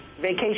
vacation